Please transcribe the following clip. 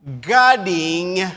guarding